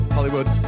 Hollywood